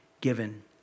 given